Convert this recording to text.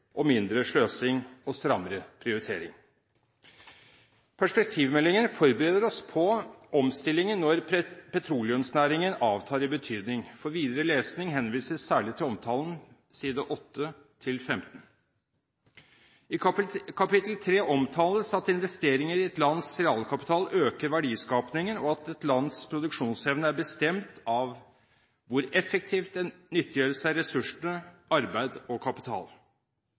produktivitet, mindre sløsing og strammere prioriteringer. Perspektivmeldingen forbereder oss på omstillingen når petroleumsnæringen avtar i betydning. For videre lesning henvises særlig til omtalen på sidene 8–15. I kapittel 3 omtales at investeringer i et lands realkapital øker verdiskapingen, at et lands produksjonsevne er bestemt av hvor effektivt en nyttiggjør seg ressursene arbeid og kapital,